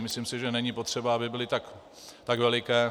Myslím si, že není potřeba, aby byly tak veliké.